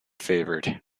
favoured